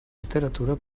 literatura